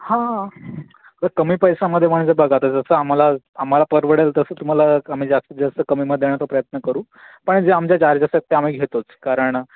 हां आता कमी पैशामध्ये म्हणजे बघा आता जसं आम्हाला आम्हाला परवडेल तसं तुम्हाला कमी जास्त जास्तीत जास्त कमीमध्ये देण्याचा प्रयत्न करू पण जे आमचे चार्जेस आहेत ते आम्ही घेतोच कारण